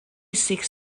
seeks